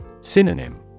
Synonym